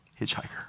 Hitchhiker